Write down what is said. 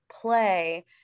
play